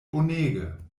bonege